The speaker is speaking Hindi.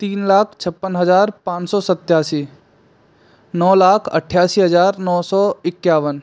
तीन लाख छप्पन हज़ार पाँच सौ सतासी नौ लाख अठासी हज़ार नौ सौ इक्कावन